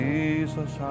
Jesus